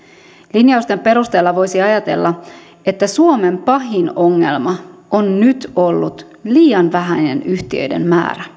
linjausten perusteella voisi ajatella että suomen pahin ongelma on nyt ollut liian vähäinen yhtiöiden määrä